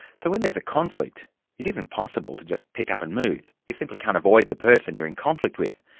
so when there's a conflict it isn't possible to just pick up and move. you simply can't avoid the person you're in conflict with.